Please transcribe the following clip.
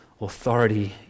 authority